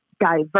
diverse